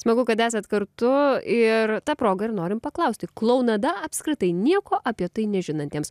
smagu kad esat kartu ir ta proga ir norim paklausti klounada apskritai nieko apie tai nežinantiems